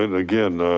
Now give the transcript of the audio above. again,